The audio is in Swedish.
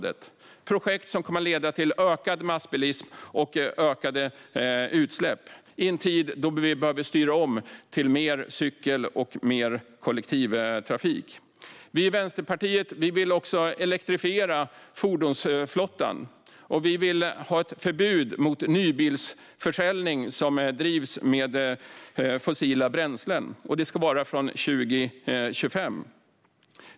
Det är projekt som kommer att leda till ökad massbilism och ökade utsläpp i en tid då vi behöver styra om till mer cykel och mer kollektivtrafik. Vi i Vänsterpartiet vill också elektrifiera fordonsflottan. Vi vill ha ett förbud mot nybilsförsäljning av bilar som drivs med fossila bränslen. Det ska vara från 2025.